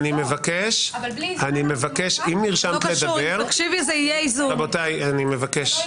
אני מבקש, אם נרשמת לדבר --- זה לא קשור.